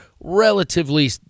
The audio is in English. relatively